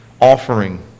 offering